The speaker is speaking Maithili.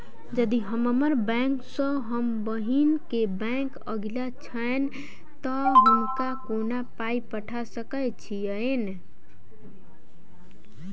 यदि हम्मर बैंक सँ हम बहिन केँ बैंक अगिला छैन तऽ हुनका कोना पाई पठा सकैत छीयैन?